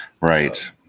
right